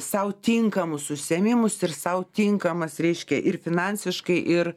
sau tinkamus užsiėmimus ir sau tinkamas reiškia ir finansiškai ir